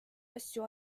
asju